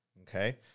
okay